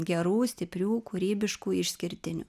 gerų stiprių kūrybiškų išskirtinių